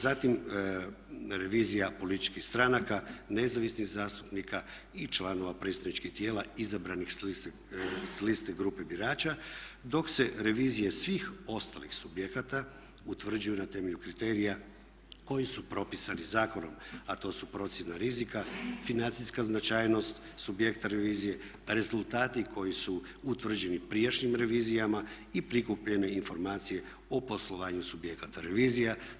Zatim revizija političkih stranaka, nezavisnih zastupnika i članova predstavničkih tijela izabranih s liste grupe birača dok se revizije svih ostalih subjekata utvrđuju na temelju kriterija koji su propisani zakonom a to su procjena rizika, financijska značajnost subjekta revizije, rezultati koji su utvrđeni prijašnjim revizijama i prikupljene informacije o poslovanju subjekata revizije.